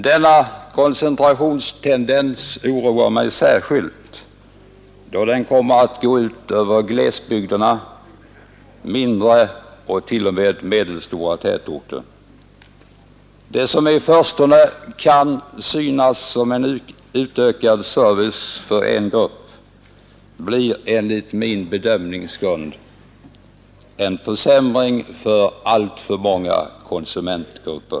Denna koncentrationstendens oroar mig särskilt, då den kommer att gå ut över glesbygderna, mindre och t.o.m. medelstora tätorter. Det som i förstone kan synas vara en utökad service för en grupp blir enligt min bedömningsgrund en försämring för alltför många konsumentgrupper.